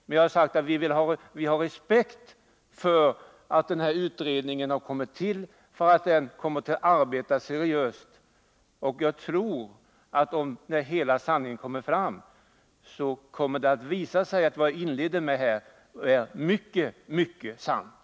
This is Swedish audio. Men jag har sagt att vi har respekt för att denna utredning kommit till och menar att den skall arbeta seriöst. Jag tror att när hela sanningen kommer fram kommer det att visa sig att vad jag inledde med att säga är mycket sant.